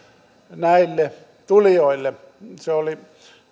näille tulijoille se oli